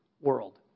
world